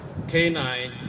K9